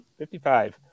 55